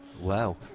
Wow